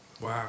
Wow